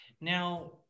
Now